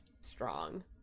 strong